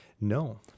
No